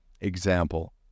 example